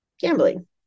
gambling